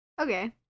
Okay